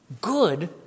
Good